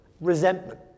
resentment